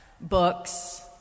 books